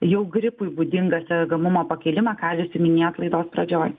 jau gripui būdingą sergamumo pakilimą ką jūs ir minėti laidos pradžios